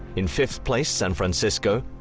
in fifth place san francisco,